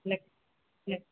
ଲେଖ ଲେଖ